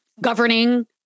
governing